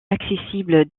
accessible